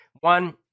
One